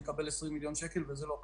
פה אצלי שנקבל 20 מיליון שקל וזה לא קרה.